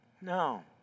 No